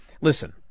Listen